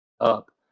up